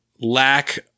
lack